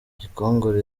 gikongoro